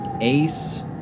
ace